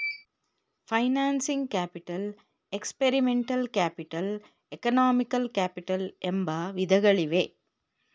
financing capital, experimental capital, economical capital ಎಂಬ ವಿಧಗಳಿವೆ